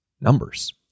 numbers